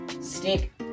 stick